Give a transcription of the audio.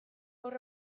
gaur